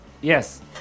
Yes